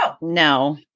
No